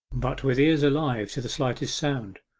but with ears alive to the slightest sound.